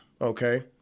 Okay